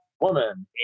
woman